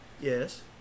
yes